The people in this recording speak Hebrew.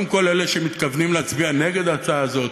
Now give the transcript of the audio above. קודם כול אלה שמתכוונים להצביע נגד ההצעה הזאת,